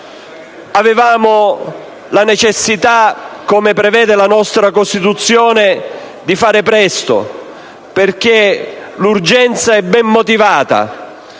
Avevamo la necessità, come prevede la nostra Costituzione, di fare presto, perché l'urgenza è ben motivata.